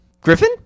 Griffin